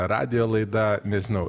radijo laida nežinau